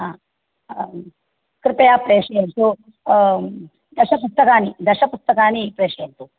हा आं कृपया प्रेषयन्तु दशपुस्तकानि दशपुस्तकानि प्रेषयन्तु